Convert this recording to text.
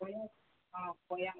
கொய்யா ஆ கொய்யா